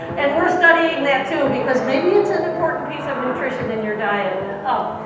and we're studying that too, because maybe it's an important piece of nutrition in your diet. um